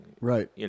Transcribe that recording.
Right